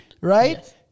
right